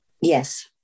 Yes